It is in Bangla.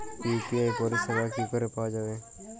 ইউ.পি.আই পরিষেবা কি করে পাওয়া যাবে?